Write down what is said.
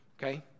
Okay